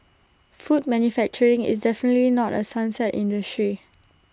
food manufacturing is definitely not A sunset industry